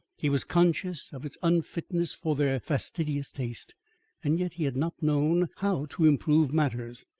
he was conscious of its unfitness for their fastidious taste and yet he had not known how to improve matters.